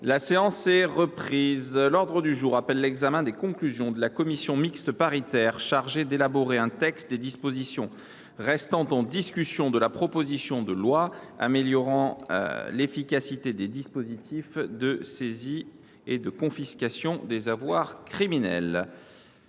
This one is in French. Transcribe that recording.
La séance est reprise. L’ordre du jour appelle l’examen des conclusions de la commission mixte paritaire chargée d’élaborer un texte sur les dispositions restant en discussion de la proposition de loi améliorant l’efficacité des dispositifs de saisie et de confiscation des avoirs criminels